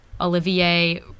Olivier